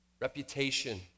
reputation